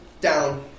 down